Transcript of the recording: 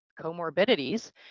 comorbidities